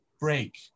break